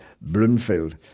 Bloomfield